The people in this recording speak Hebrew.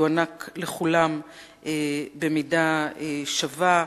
יוענק לכולם במידה שווה.